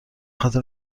خاطر